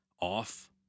off